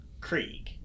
Krieg